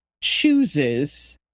chooses